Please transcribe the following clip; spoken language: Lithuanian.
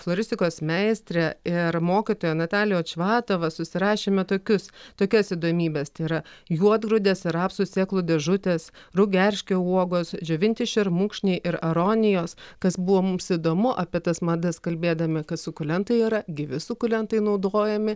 floristikos meistre ir mokytoja natalija očvatova susirašėme tokius tokias įdomybes tai yra juodgrūdės ir rapsų sėklų dėžutės raugerškio uogos džiovinti šermukšniai ir aronijos kas buvo mums įdomu apie tas madas kalbėdami kad sukulentai yra gyvi sukulentai naudojami